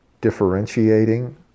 differentiating